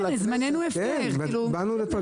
אני לא חושב שיש תקדים שוועדה בכנסת